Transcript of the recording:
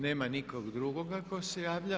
Nema nikog drugog tko se javlja?